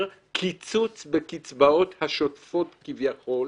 באמצעות קיצוץ בקצבאות השוטפות כביכול,